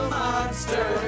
monster